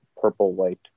purple-white